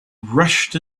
rushed